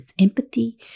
empathy